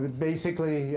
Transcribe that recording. basically,